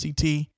CT